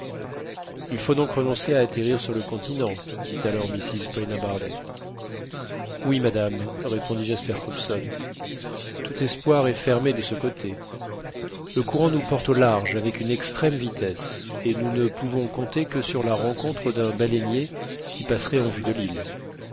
il faut donc renoncer à atterrir sur le continent dit alors mrs paulina barnett oui madame répondit jasper hobson tout espoir est fermé de ce côté le courant nous porte au large avec une extrême vitesse et nous ne pouvons compter que sur la rencontre d'un baleinier qui passerait en vue de l'île